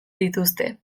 dituzte